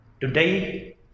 today